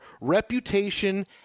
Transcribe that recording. reputation